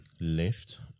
left